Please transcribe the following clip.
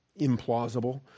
implausible